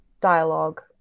dialogue